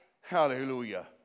Hallelujah